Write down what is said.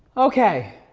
okay,